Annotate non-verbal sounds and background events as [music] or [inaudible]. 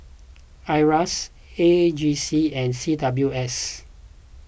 [noise] Iras A G C and C W S